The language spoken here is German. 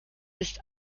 ist